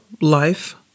life